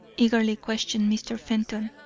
eagerly questioned mr. fenton.